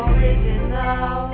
Original